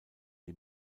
die